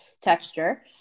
texture